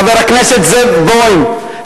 חבר הכנסת זאב בוים,